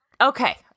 Okay